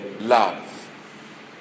love